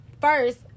first